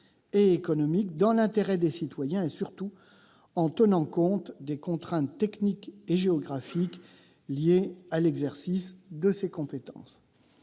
et économique, dans l'intérêt des citoyens et, surtout, en tenant compte des contraintes techniques et géographiques liées à cet exercice. Doit-on,